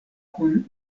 kun